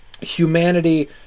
humanity